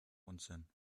unsinn